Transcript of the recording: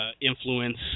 influence